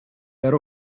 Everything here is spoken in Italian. per